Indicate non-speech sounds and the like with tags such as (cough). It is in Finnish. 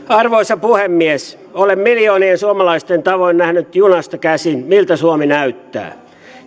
(unintelligible) arvoisa puhemies olen miljoonien suomalaisten tavoin nähnyt junasta käsin miltä suomi näyttää